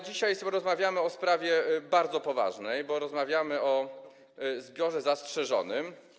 Dzisiaj sobie rozmawiamy o sprawie bardzo poważnej, bo rozmawiamy o zbiorze zastrzeżonym.